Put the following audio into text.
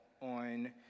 on